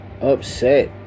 upset